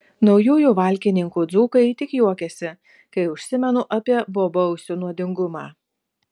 naujųjų valkininkų dzūkai tik juokiasi kai užsimenu apie bobausių nuodingumą